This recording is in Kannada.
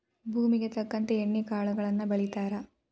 ಭೂಮುಗೆ ತಕ್ಕಂತೆ ಎಣ್ಣಿ ಕಾಳುಗಳನ್ನಾ ಬೆಳಿತಾರ